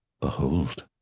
Behold